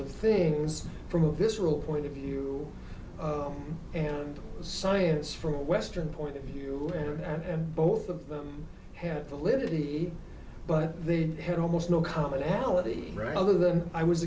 of things from a visceral point of view and science from a western point of view and both of them had to live to be but they had almost no commonality rather than i was